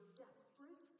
desperate